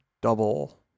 double